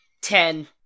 ten